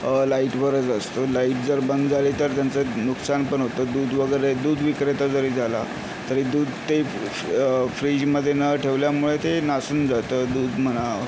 लाईटवरच असतो लाईट जर बंद झाली तर त्यांचं नुकसान पण होतं दूध वगैरे दूध विक्रेता जरी झाला तरी दूध ते फ्रीजमध्ये न ठेवल्यामुळे ते नासून जातं दूध म्हणा